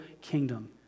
kingdom